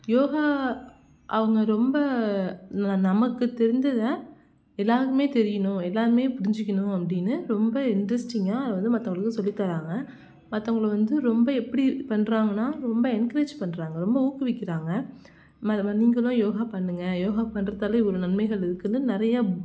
யோகா அவங்க ரொம்ப நமக்கு தெரிந்ததை எல்லோருக்குமே தெரியணும் எல்லோருமே புரிஞ்சுக்கணும் அப்படின்னு ரொம்ப இன்ட்ரெஸ்டிங்காக அதை வந்து மற்றவங்களுக்கு சொல்லித் தர்றாங்க மற்றவங்களுக்கு வந்து ரொம்ப எப்படி பண்ணுறாங்கன்னா ரொம்ப என்கரேஜ் பண்ணுறாங்க ரொம்ப ஊக்குவிக்கிறாங்க இது மாதிரி நீங்களுக்கு யோகா பண்ணுங்கள் யோகா பண்ணுறதால இவ்வளோ நன்மைகள் இருக்குதுன்னு நிறையா